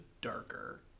darker